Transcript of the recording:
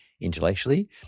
intellectually